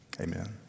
Amen